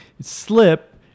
slip